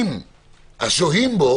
השוהים בו